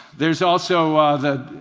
there's also the